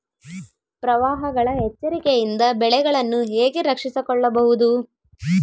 ಪ್ರವಾಹಗಳ ಎಚ್ಚರಿಕೆಯಿಂದ ಬೆಳೆಗಳನ್ನು ಹೇಗೆ ರಕ್ಷಿಸಿಕೊಳ್ಳಬಹುದು?